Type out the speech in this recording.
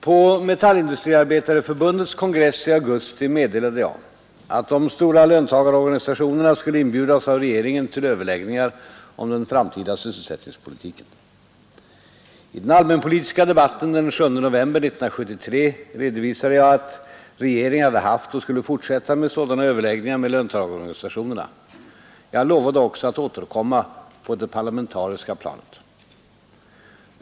På Metallindustriarbetareförbundets kongress i augusti meddelade jag att de stora löntagarorganisationerna skulle inbjudas av regeringen till överläggningar om den framtida sysselsättningspolitiken. I den allmänpolitiska debatten den 7 november 1973 redovisade jag att regeringen hade haft och skulle fortsätta med sådana överläggningar med löntagarorganisationerna. Jag lovade också att återkomma på det parlamentariska planet.